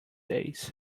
days